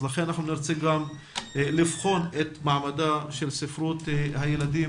לכן אנחנו נרצה גם לבחון את מעמדה של ספרות הילדים